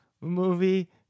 movie